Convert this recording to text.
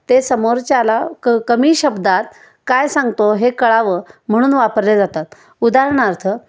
ते समोरच्याला क कमी शब्दात काय सांगतो हे कळावं म्हणून वापरले जातात उदाहरणार्थ